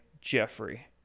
Jeffrey